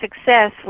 success